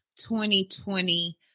2020